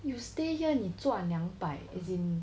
you stay here 你赚两百 as in